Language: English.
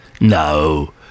No